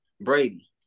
Brady